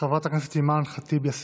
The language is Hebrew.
חברת הכנסת אימאן ח'טיב יאסין.